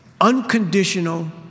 unconditional